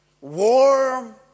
warm